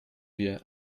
wir